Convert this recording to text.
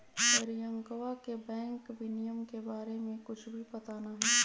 रियंकवा के बैंक विनियमन के बारे में कुछ भी पता ना हई